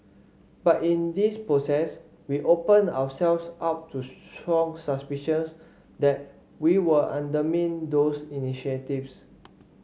but in this process we opened ourselves up to strong suspicions that we were undermining those initiatives